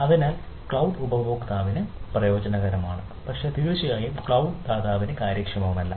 അതിനാൽ ക്ലൌഡ് ഉപയോക്താവിന് പ്രയോജനകരമാണ് പക്ഷേ തീർച്ചയായും ക്ലൌഡ് ദാതാവിന് കാര്യക്ഷമമല്ല